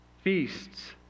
feasts